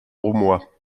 roumois